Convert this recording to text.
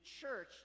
church